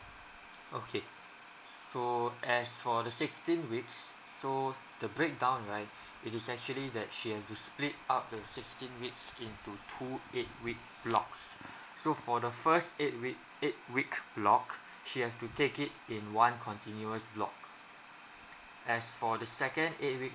okay so as for the sixteen weeks so the breakdown right it is actually that she have to split up the sixteen weeks into two eight week blocks so for the first eight week eight week block she have to take it in one continuous block as for the second eight week